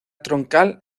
troncal